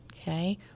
okay